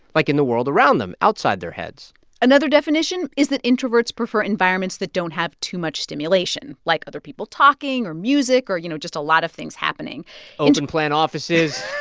like, in the world around them outside their heads another definition is that introverts prefer environments that don't have too much stimulation like other people talking or music or, you know, just a lot of things happening open-plan offices